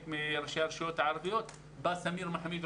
מראשי הרשויות הערביות בא סמיר מחמיד,